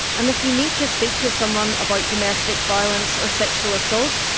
and if you need to speak to someone about domestic violence or sexual assault,